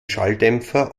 schalldämpfer